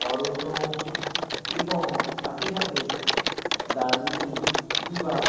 অরণ্য এবং সাথে সাথে দার্জিলিং কিংবা